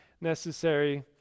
necessary